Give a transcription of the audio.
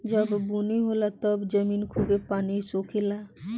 जब बुनी होला तब जमीन खूबे पानी सोखे ला